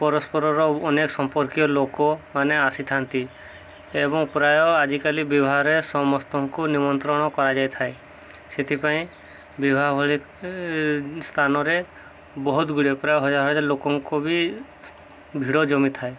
ପରସ୍ପରର ଅନେକ ସମ୍ପର୍କୀୟ ଲୋକମାନେ ଆସିଥାନ୍ତି ଏବଂ ପ୍ରାୟ ଆଜିକାଲି ବିବାହରେ ସମସ୍ତଙ୍କୁ ନିମନ୍ତ୍ରଣ କରାଯାଇ ଥାଏ ସେଥିପାଇଁ ବିବାହ ଭଳି ସ୍ଥାନରେ ବହୁତ ଗୁଡ଼ିଏ ପ୍ରାୟ ହଜାର ହଜାର ଲୋକଙ୍କୁ ବି ଭିଡ଼ ଜମି ଥାଏ